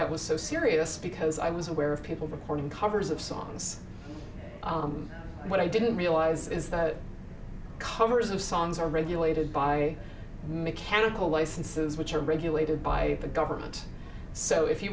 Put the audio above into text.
that was so serious because i was aware of people recording covers of songs but i didn't realise is that covers of songs are regulated by mechanical licenses which are regulated by the government so if you